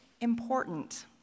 important